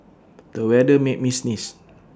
the weather made me sneeze